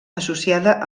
associada